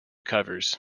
covers